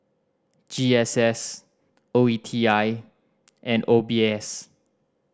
G S S O E T I and O B S